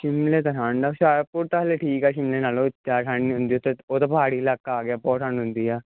ਸ਼ਿਮਲਾ ਤਾਂ ਠੰਡ ਆ ਹੁਸ਼ਿਆਰਪੁਰ ਤਾਂ ਹਲੇ ਠੀਕ ਆ ਸ਼ਿਮਲੇ ਨਾਲੋਂ ਜ਼ਿਆਦਾ ਠੰਡ ਨਹੀਂ ਹੁੰਦੀ ਉਹ ਤਾਂ ਪਹਾੜੀ ਇਲਾਕਾ ਆ ਗਿਆ ਬਹੁਤ ਠੰਡ ਹੁੰਦੀ ਆ